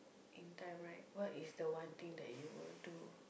in time what is the one thing you will do